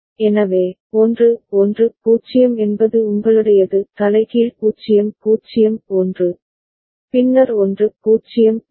எனவே 1 1 0 என்பது உங்களுடையது தலைகீழ் 0 0 1 பின்னர் 1 0 1